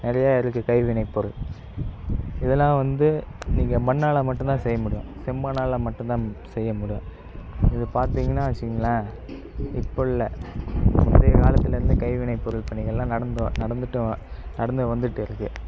நிறையா இருக்கு கைவினைப் பொருள் இதெல்லாம் வந்து நீங்கள் மண்ணால் மட்டும்தான் செய்ய முடியும் செம்மண்ணால் மட்டும்தான் செய்ய முடியும் இது பார்த்தீங்கன்னா வச்சுக்கோங்களேன் இப்போ இல்லை முந்தைய காலத்துலருந்தே கைவினைப் பொருள் பணிகள் எல்லாம் நடந்துவ நடந்துகிட்டு வ நடந்து வந்துகிட்டே இருக்கு